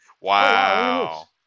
Wow